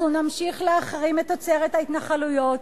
אנחנו נמשיך להחרים את תוצרת ההתנחלויות,